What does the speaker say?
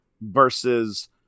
versus